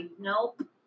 Nope